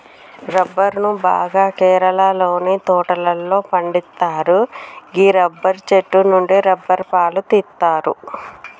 రబ్బరును బాగా కేరళలోని తోటలలో పండిత్తరు గీ రబ్బరు చెట్టు నుండి రబ్బరు పాలు తీస్తరు